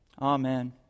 Amen